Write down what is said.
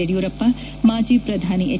ಯಡಿಯೂರಪ್ಪ ಮಾಜಿ ಪ್ರಧಾನಿ ಎಚ್